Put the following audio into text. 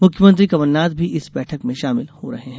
मुख्यमंत्री कमलनाथ भी इस बैठक में शामिल हो रहे हैं